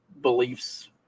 beliefs